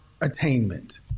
attainment